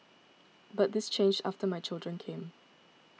but this changed after my children came